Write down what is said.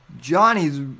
Johnny's